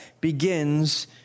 begins